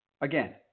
again